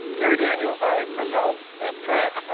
gary daniels, i presume. that's correct.